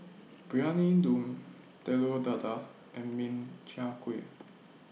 Briyani Dum Telur Dadah and Min Chiang Kueh